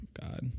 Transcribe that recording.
God